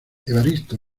evaristo